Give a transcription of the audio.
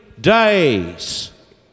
days